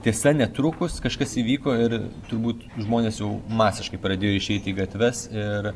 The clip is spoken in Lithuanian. tiesa netrukus kažkas įvyko ir turbūt žmonės jau masiškai pradėjo išeiti į gatves ir